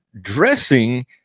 dressing